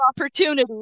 opportunity